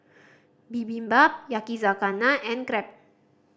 Bibimbap Yakizakana and Crepe